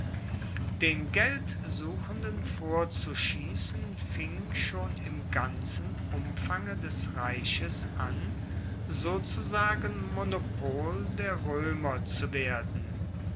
den geldsuchenden vorzuschiessen fing schon im ganzen umfange des reiches an sozusagen monopol der roemer zu werden